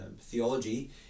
theology